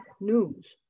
news